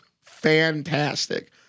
fantastic